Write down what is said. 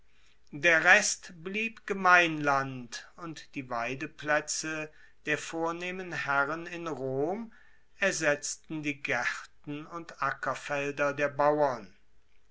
der rest blieb gemeinland und die weideplaetze der vornehmen herren in rom ersetzten die gaerten und ackerfelder der bauern